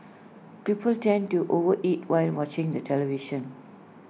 people tend to overeat while watching the television